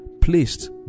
placed